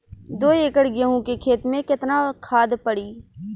दो एकड़ गेहूँ के खेत मे केतना खाद पड़ी?